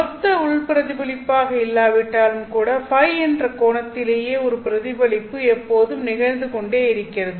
மொத்த உள் பிரதிபலிப்பாக இல்லாவிட்டாலும் கூட Ø என்ற கோலத்திலேயே ஒரு பிரதிபலிப்பு எப்போதும் நிகழ்ந்துகொண்டே இருக்கிறது